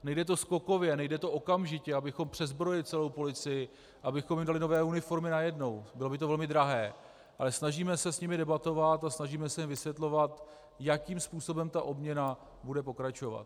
Nejde to skokově, nejde to okamžitě, abychom přezbrojili celou policii, abychom jí dali nové uniformy najednou, bylo by to velmi drahé, ale snažíme se s nimi debatovat a snažíme se jim vysvětlovat, jakým způsobem ta obměna bude pokračovat.